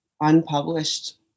unpublished